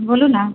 बोलू न